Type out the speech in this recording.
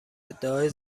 ادعای